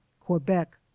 Quebec